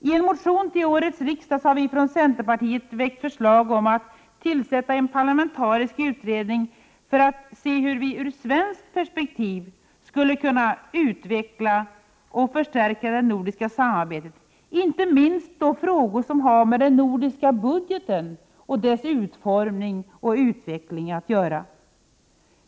I en motion till årets riksdag har vi från centerpartiet väckt förslag om att tillsätta en parlamentarisk utredning för att se hur vi ur svenskt perspektiv skulle kunna utveckla och förstärka det nordiska samarbetet, inte minst i fråga om den nordiska budgetens utformning och utveckling.